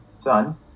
son